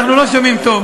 אנחנו לא שומעים טוב,